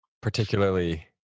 particularly